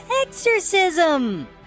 Exorcism